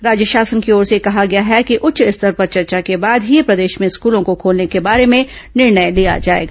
राज्य शासन की ओर से कहा गया है कि उच्च स्तर पर चर्चा के बाद ही प्रदेश में स्कूलों को खोलने के बारे में निर्णय लिया जाएगा